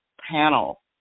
panel